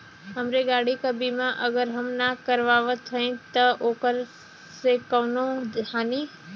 हमरे गाड़ी क बीमा अगर हम ना करावत हई त ओकर से कवनों हानि?